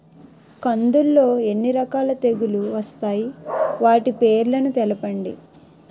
కందులు లో ఎన్ని రకాల తెగులు వస్తాయి? వాటి పేర్లను తెలపండి?